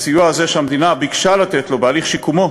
הסיוע הזה שהמדינה ביקשה לתת לו בהליך שיקומו,